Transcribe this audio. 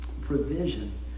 provision